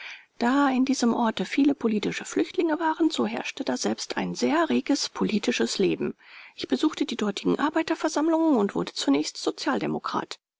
da in diesem orte viele politische flüchtlinge waren so herrschte daselbst ein sehr reges politisches leben ich besuchte die dortigen arbeiterversammlungen und wurde zunächst sozialdemokrat